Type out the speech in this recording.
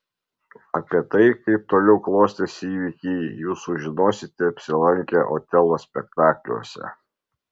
apie tai kaip toliau klostėsi įvykiai jūs sužinosite apsilankę otelo spektakliuose